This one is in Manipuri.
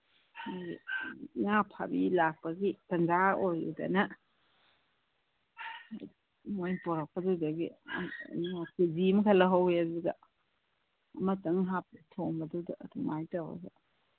ꯉꯥ ꯐꯥꯕꯤ ꯂꯥꯛꯄꯒꯤ ꯇꯟꯖꯥ ꯑꯣꯏꯔꯨꯗꯅ ꯃꯣꯏ ꯄꯣꯔꯛꯄꯗꯨꯗꯒꯤ ꯀꯦ ꯖꯤ ꯑꯃꯈꯛ ꯂꯧꯍꯧꯋꯤ ꯑꯗꯨꯗ ꯑꯃꯇꯪ ꯍꯥꯞꯄꯦ ꯊꯣꯡꯕꯗꯨꯗ ꯑꯗꯨꯃꯥꯏꯅ ꯇꯧꯋꯦ